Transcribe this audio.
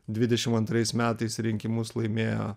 dvidešim antrais metais rinkimus laimėjo